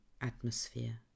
atmosphere